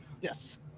Yes